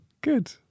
Good